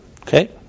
Okay